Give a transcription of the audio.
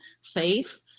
safe